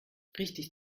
richtig